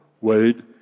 Wade